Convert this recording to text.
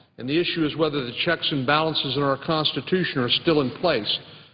and the issue is whether the checks and balances in our constitution are still in place.